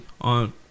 on